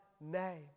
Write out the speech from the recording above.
name